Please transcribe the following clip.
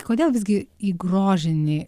kodėl visgi į grožinį